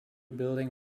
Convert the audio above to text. building